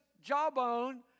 jawbone